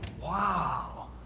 Wow